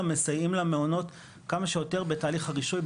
גם מסייעים למעונות כמה שיותר בתהליך הרישוי,